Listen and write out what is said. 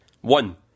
one